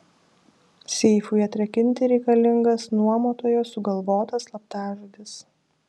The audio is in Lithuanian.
seifui atrakinti reikalingas nuomotojo sugalvotas slaptažodis